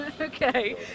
Okay